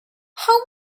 how